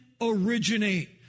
originate